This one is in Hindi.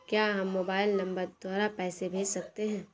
क्या हम मोबाइल नंबर द्वारा पैसे भेज सकते हैं?